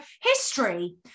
history